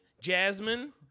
Jasmine